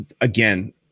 again